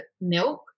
milk